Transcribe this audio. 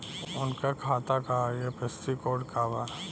उनका खाता का आई.एफ.एस.सी कोड का बा?